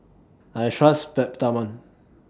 I Trust Peptamen